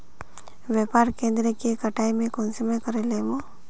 व्यापार केन्द्र के कटाई में कुंसम करे लेमु?